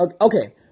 Okay